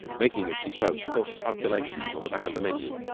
making, as she spoke, little calculations on the back of the menu,